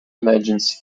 legends